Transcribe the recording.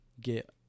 get